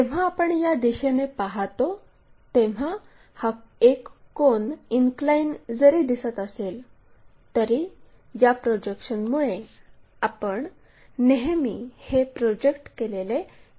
जेव्हा आपण या दिशेने पाहतो तेव्हा हा एक कोन इनक्लाइन जरी दिसत असेल तरी या प्रोजेक्शनमुळे आपण नेहमी हे प्रोजेक्ट केलेले एक वर्तुळ पाहतो